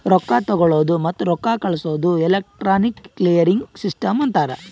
ರೊಕ್ಕಾ ತಗೊಳದ್ ಮತ್ತ ರೊಕ್ಕಾ ಕಳ್ಸದುಕ್ ಎಲೆಕ್ಟ್ರಾನಿಕ್ ಕ್ಲಿಯರಿಂಗ್ ಸಿಸ್ಟಮ್ ಅಂತಾರ್